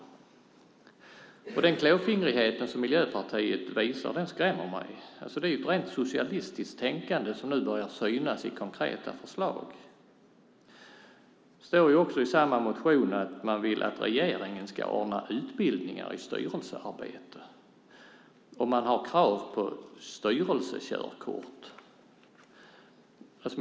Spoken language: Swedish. Den klåfingrighet som Miljöpartiet visar skrämmer mig. Det är ju ett rent socialistiskt tänkande som nu börjar synas i konkreta förslag. Det står också i samma motion att man vill att regeringen ska ordna utbildningar i styrelsearbete, och man har krav på styrelsekörkort.